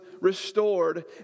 restored